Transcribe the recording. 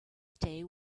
stay